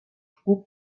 خوب